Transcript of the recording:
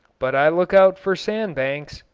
but i look out for sand-banks,